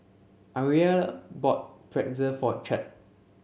Ariella bought Pretzel for Chet